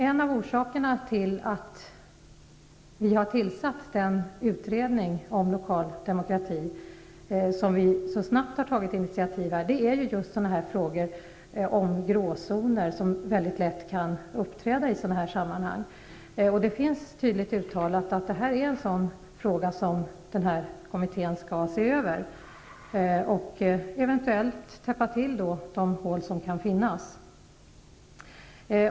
En av orsakerna till att vi har tillsatt utredningen om lokal demokrati, som vi så snabbt tog initiativ till, är just frågan om gråzoner, som mycket lätt kan uppträda i sådana här sammanhang. Det är tydligt uttalat att det är en fråga som kommittén skall se över, för att eventuellt täppa till de hål som kan finnas.